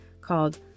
called